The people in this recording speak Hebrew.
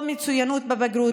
או מצוינות בבגרות.